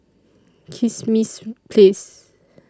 Kismis Place